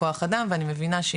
אני כן ממך מבקשת